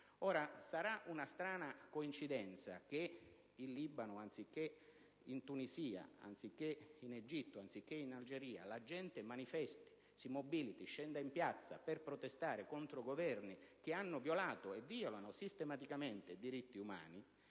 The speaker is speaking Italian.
Sarà una strana coincidenza che in Libano, come anche in Tunisia, in Egitto e in Algeria, la gente manifesti, si mobiliti, scenda in piazza per protestare contro Governi che hanno violato e violano sistematicamente diritti umani